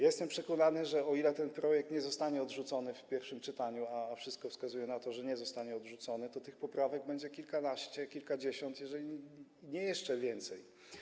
Jestem przekonany, że o ile ten projekt nie zostanie odrzucony w pierwszym czytaniu, a wszystko wskazuje na to, że nie zostanie odrzucony, to tych poprawek będzie kilkanaście, kilkadziesiąt, jeżeli nie więcej.